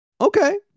Okay